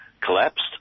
collapsed